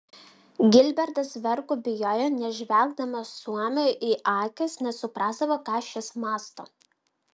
gilbertas vergų bijojo nes žvelgdamas suomiui į akis nesuprasdavo ką šis mąsto